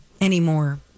anymore